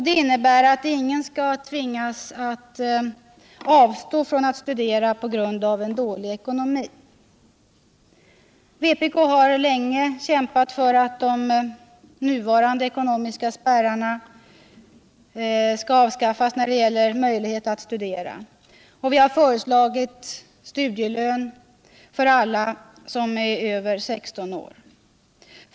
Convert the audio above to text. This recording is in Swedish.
Det innebär att ingen skall tvingas att avstå från att studera på grund av dålig ekonomi. Vpk har länge kämpat för att de nuvarande ekonomiska spärrarna när det gäller möjlighet att studera skall avskaffas. Vi har föreslagit studielön för alla som är över 16 år.